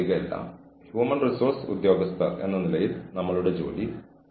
ഒരു ജീവനക്കാരൻ സൂപ്പർവൈസറെ വാക്കാൽ അധിക്ഷേപിക്കുമ്പോൾ ഇത് സംഭവിക്കാം